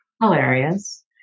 Hilarious